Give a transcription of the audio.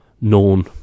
known